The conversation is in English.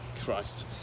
Christ